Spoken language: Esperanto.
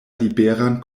liberan